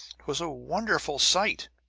twas a wonderful sight!